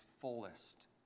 fullest